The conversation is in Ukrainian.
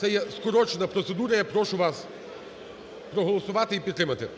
це є скорочена процедура. Я прошу вас проголосувати і підтримати.